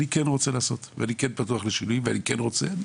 אני כן רוצה לעשות ואני כן פתוח לשינויים ואני כן רוצה.